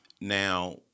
Now